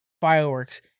fireworks